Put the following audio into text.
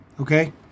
Okay